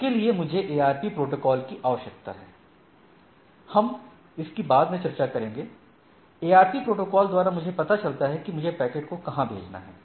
इसके लिए मुझे ARP प्रोटोकॉल की आवश्यकता है हम इसकी बाद में चर्चा करेंगे ARP प्रोटोकॉल द्वारा मुझे पता चलता है कि मुझे पैकेट को कहां भेजना है